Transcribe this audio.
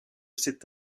cet